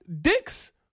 dicks